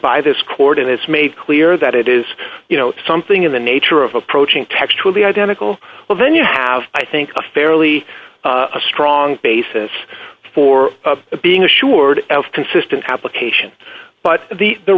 by this court and it's made clear that it is you know something in the nature of approaching text with the identical well then you have i think a fairly a strong basis for being assured of consistent application but the the